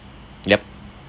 yup